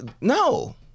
no